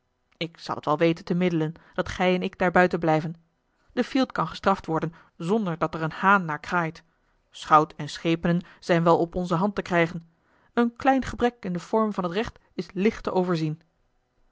ik zal t wel weten te middelen dat gij en ik daarbuiten blijven de fielt kan gestaft worden zonder dat er een haan naar kraait schout en schepenen zijn wel op onze hand te krijgen een klein gebrek in de forme van t recht is licht te overzien